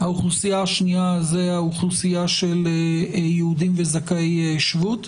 האוכלוסייה השנייה זו האוכלוסייה של יהודים וזכאי שבות,